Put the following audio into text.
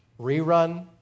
rerun